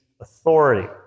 authority